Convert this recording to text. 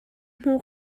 hmu